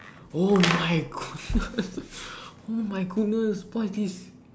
oh my goodness oh my goodness what is this